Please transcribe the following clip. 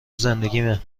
زندگیمه